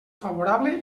favorable